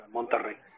Monterrey